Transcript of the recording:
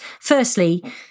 Firstly